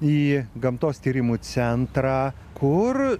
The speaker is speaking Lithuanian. į gamtos tyrimų centrą kur